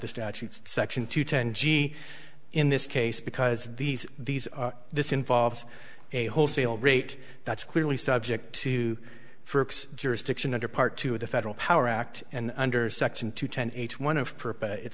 the statute section to ten g in this case because these these are this involves a wholesale rate that's clearly subject to for jurisdiction under part two of the federal power act and under section two ten h one of